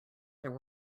there